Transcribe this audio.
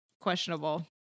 questionable